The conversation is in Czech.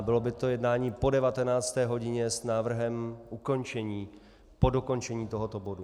Bylo by to jednání po 19. hodině s návrhem ukončení po dokončení tohoto bodu.